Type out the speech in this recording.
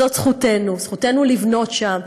זאת זכותנו, זכותנו לבנות שם.